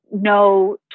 no